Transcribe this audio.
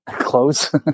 close